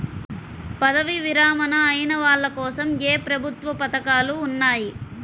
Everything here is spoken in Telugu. పదవీ విరమణ అయిన వాళ్లకోసం ఏ ప్రభుత్వ పథకాలు ఉన్నాయి?